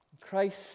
Christ